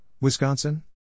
Wisconsin